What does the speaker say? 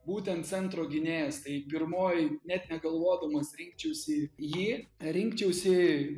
būtent centro gynėjas tai pirmoji net negalvodamas rinkčiausi jį rinkčiausi